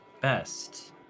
best